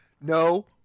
No